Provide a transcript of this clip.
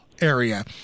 area